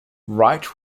wright